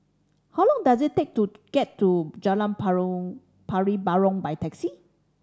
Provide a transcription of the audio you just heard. how long does it take to get to Jalan Pari Burong by taxi